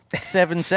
Seven